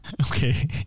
Okay